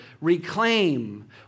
reclaim